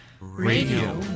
Radio